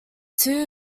two